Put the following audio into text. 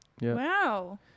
Wow